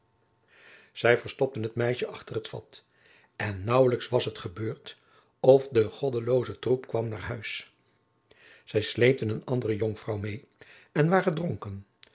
zij verstopte het meisje achter het vat en nauwelijks was dat gebeurd of de goddelooze troep kwam naar huis zij sleepten een andere jonkvrouw meê en waren dronken